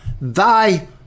thy